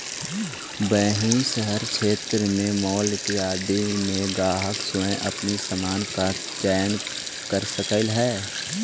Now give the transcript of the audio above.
वहीं शहरी क्षेत्रों में मॉल इत्यादि में ग्राहक स्वयं अपने सामान का चयन करअ हई